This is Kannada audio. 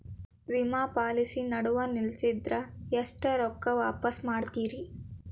ವಿಮಾ ಪಾಲಿಸಿ ನಡುವ ನಿಲ್ಲಸಿದ್ರ ಎಷ್ಟ ರೊಕ್ಕ ವಾಪಸ್ ಕೊಡ್ತೇರಿ?